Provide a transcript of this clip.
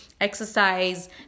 exercise